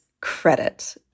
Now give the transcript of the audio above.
credit